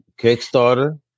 Kickstarter